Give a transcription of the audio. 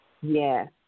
Yes